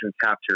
capture